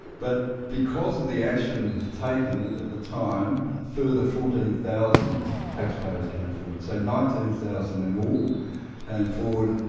but because of the action taken at the time, a further fourteen thousand taxpayers came forward. so nineteen thousand in all came forward,